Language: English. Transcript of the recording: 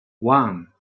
one